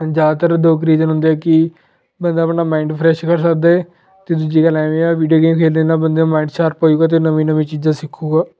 ਜ਼ਿਆਦਾਤਰ ਦੋ ਕੁ ਰੀਜਨ ਹੁੰਦੇ ਆ ਕਿ ਬੰਦਾ ਆਪਣਾ ਮਾਇੰਡ ਫਰੈਸ਼ ਕਰ ਸਕਦਾ ਹੈ ਅਤੇ ਦੂਜੀ ਗੱਲ ਐਵੇਂ ਆ ਵੀਡੀਓ ਗੇਮਾਂ ਖੇਡਣ ਨਾਲ ਬੰਦੇ ਦਾ ਮਾਇੰਡ ਸ਼ਾਰਪ ਹੋਜੂਗਾ ਅਤੇ ਉਹ ਨਵੀਂਆਂ ਨਵੀਂਆਂ ਚੀਜ਼ਾਂ ਸਿੱਖੂਗਾ